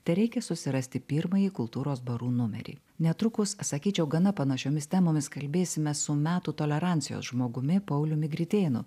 tereikia susirasti pirmąjį kultūros barų numerį netrukus sakyčiau gana panašiomis temomis kalbėsime su metų tolerancijos žmogumi pauliumi gritėnu